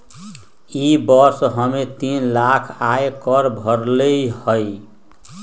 ई वर्ष हम्मे तीन लाख आय कर भरली हई